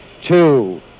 two